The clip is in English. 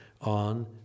on